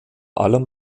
allem